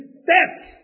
steps